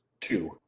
two